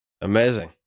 Amazing